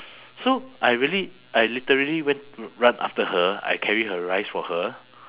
so I really I literally went run after her I carry her rice for her